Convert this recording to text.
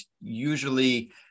usually